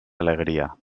alegria